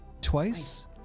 twice